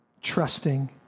trusting